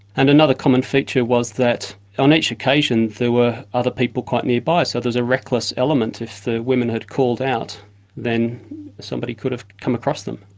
and another common feature was that on each occasion there were other people quite nearby, so there was a reckless element if the women had called out then somebody could've come across them.